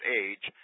age